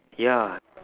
ya